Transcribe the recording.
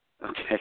Okay